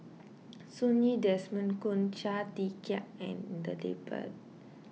Sun Yee Desmond Kon Chia Tee Chiak and the